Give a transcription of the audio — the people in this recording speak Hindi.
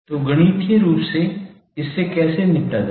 तो गणितीय रूप से इससे कैसे निपटा जाए